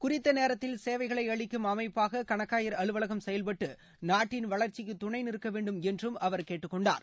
குறித்த நேரத்தில் சேவைகளை அளிக்கும் அமைப்பாக கணக்காயர் அலுவலகம் செயல்பட்டு நாட்டின் வளர்ச்சிக்கு துணை நிற்கவேண்டும் என்றும் அவர் கேட்டுக்கொண்டார்